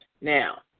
Now